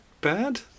bad